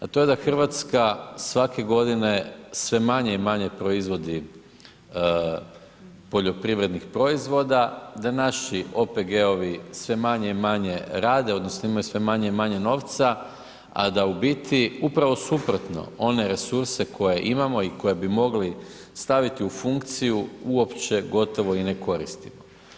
A to je da Hrvatska svake godine sve manje i manje proizvodi poljoprivrednih proizvoda, da naši OPG-ovi sve manje i manje rade odnosno imaju sve manje i manje novca, a da u biti upravo suprotno one resurse koje imamo i koje bi mogli staviti u funkciju uopće gotovo i ne koristimo.